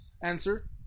answer